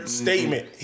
statement